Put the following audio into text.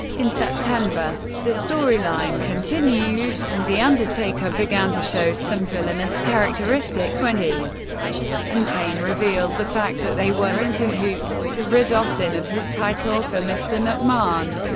in september, the storyline continued, and the undertaker began to show some villainous characteristics when he and kane revealed the fact that they were in cahoots to rid austin of his title for mr. mcmahon.